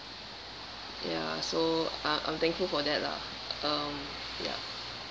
ya so uh I'm thankful for that lah um ya